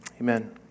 Amen